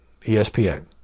ESPN